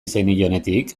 zenionetik